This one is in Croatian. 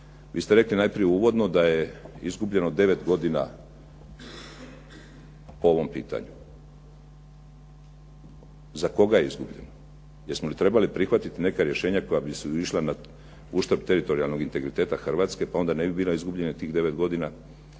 Vi ste rekli najprije uvodno, da je izgubljeno 9 godina o ovom pitanju. Za koga je izgubljeno? Jesmo li trebali prihvatiti neka rješenja koja bi išla na uštrb teritorijalnog integriteta Hrvatske, pa onda ne bi bilo izgubljeno tih 9 godina?